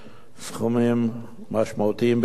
סכומים משמעותיים ביותר.